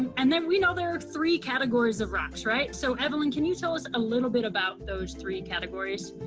and then we know there are three categories of rocks, right? so evelyn, can you tell us a little bit about those three categories?